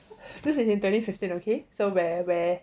this was in twenty fifteen okay so where where